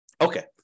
Okay